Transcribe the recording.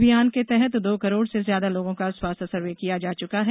अभियान के तहत दो करोड़ से ज्यादा लोगों का स्वास्थ्य सर्वे किया जा चुका है